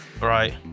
right